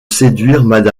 séduire